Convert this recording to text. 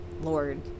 lord